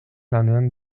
lanean